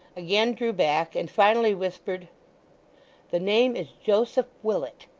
again drew back, and finally whispered the name is joseph willet.